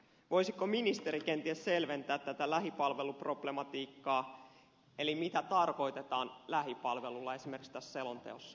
voisiko ministeri kenties selventää tätä lähipalveluproblematiikkaa eli mitä tarkoitetaan lähipalvelulla esimerkiksi tässä selonteossa